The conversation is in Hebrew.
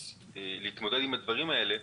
להתמודד עם הדברים האלה,